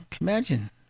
Imagine